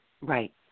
Right